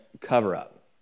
cover-up